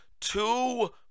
two